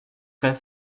très